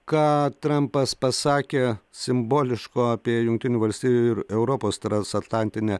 ką trampas pasakė simboliško apie jungtinių valstijų ir europos transatlantinę